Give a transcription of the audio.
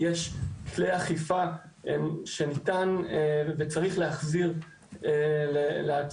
כי יש כלי אכיפה שניתן וצריך להחזיר להצעה.